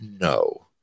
no